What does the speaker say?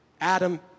Adam